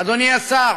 אדוני השר,